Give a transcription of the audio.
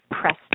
press